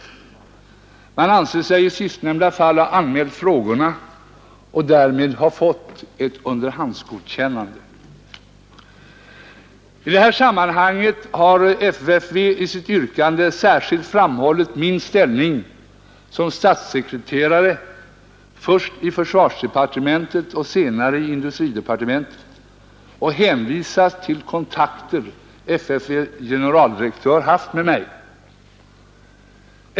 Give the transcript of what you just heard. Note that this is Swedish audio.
Man anser sig i sistnämnda fall ha anmält frågorna och därmed ha fått ett underhandsgodkännande. I detta sammanhang har FFV i sitt yttrande särskilt framhållit min ställning som statssekreterare först i försvarsdepartementet och senare i industridepartementet och hänvisat till de kontakter FFV:s generaldirektör haft med mig.